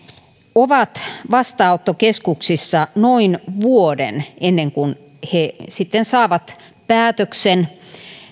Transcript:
ovat vastaanottokeskuksissa noin vuoden ennen kuin he sitten saavat päätöksen